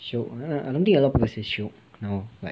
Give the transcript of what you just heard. shiok I don't think a lot of people say shiok